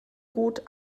gut